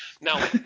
Now